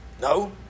No